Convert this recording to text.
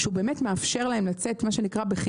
שהוא באמת מאפשר להם לצאת בחיוך,